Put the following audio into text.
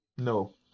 No